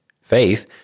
Faith